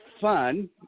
fun